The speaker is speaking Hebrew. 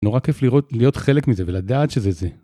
נורא כיף להיות חלק מזה ולדעת שזה זה.